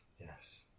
yes